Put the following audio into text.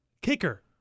Kicker